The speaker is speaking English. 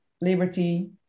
Liberty